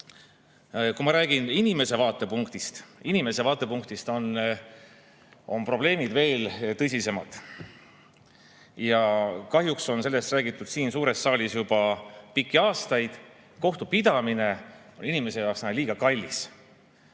seda tööprotsessi veab. Aga inimese vaatepunktist on probleemid veel tõsisemad. Kahjuks on sellest räägitud siin suures saalis juba pikki aastaid. Kohtupidamine on inimese jaoks liiga kallis.